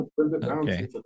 Okay